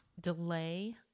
delay